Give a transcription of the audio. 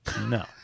no